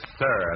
sir